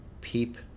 PEEP